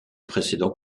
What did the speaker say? précédent